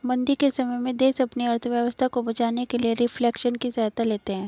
मंदी के समय में देश अपनी अर्थव्यवस्था को बचाने के लिए रिफ्लेशन की सहायता लेते हैं